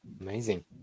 Amazing